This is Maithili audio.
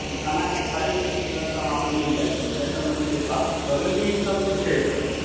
ई थानापर सँ हरेक चीजके व्यवस्था वहाँपर मिल जायत थनेसर मन्दिरे पास बगलमे ही सबकिछु छै ओकर